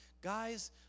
Guys